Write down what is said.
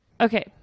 Okay